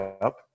up